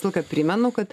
visą laiką primenu kad